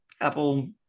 Apple